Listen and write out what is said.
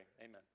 Amen